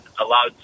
allowed